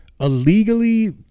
illegally